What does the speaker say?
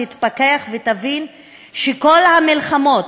תתפכח ותבין שכל המלחמות,